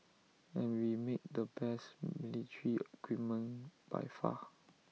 and we make the best military equipment by far